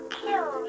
kill